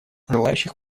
желающих